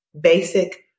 basic